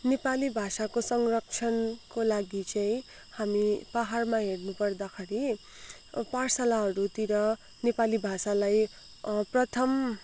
नेपाली भाषाको संरक्षणको लागि चाहिँ हामी पहाडमा हेर्नु पर्दाखेरि पाठशालाहरूतिर नेपाली भाषालाई प्रथम